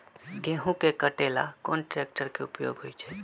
गेंहू के कटे ला कोंन ट्रेक्टर के उपयोग होइ छई?